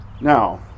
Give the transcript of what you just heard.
Now